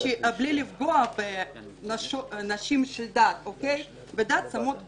בלי לפגוע בנשים דתיות ששמות פאה.